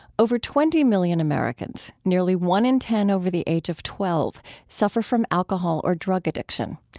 over twenty million americans nearly one in ten over the age of twelve suffer from alcohol or drug addiction.